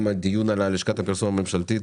גם הדיון על לשכת הפרסום הממשלתית,